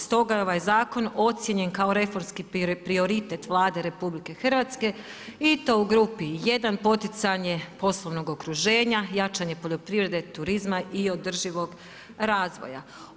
Stoga je ovaj zakon ocijenjen kao reformski prioritet Vlade RH i to u grupi I. poticanje poslovnog okruženja, jačanje poljoprivrede, turizma i održivog razvoja.